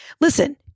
Listen